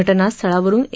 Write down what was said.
घटनास्थळावरून ए